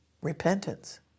repentance